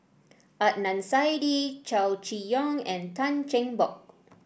Adnan Saidi Chow Chee Yong and Tan Cheng Bock